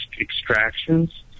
extractions